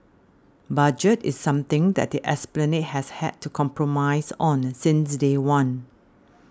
budget is something that the Esplanade has had to compromise on since day one